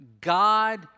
God